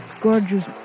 gorgeous